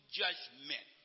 judgment